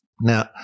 Now